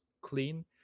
clean